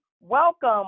Welcome